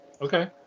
Okay